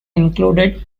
included